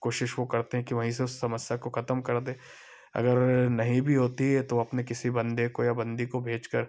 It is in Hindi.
कोशिश वो करते हैं कि वहीं से समस्या को खत्म कर दें अगर नहीं भी होती है तो अपने किसी बंदे को या बंदी को भेज कर